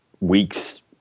weeks